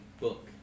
book